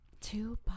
Two